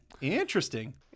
Interesting